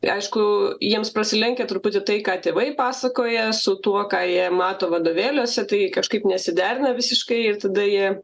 aišku jiems prasilenkia truputį tai ką tėvai pasakoja su tuo ką jie mato vadovėliuose tai kažkaip nesiderina visiškai ir tada jie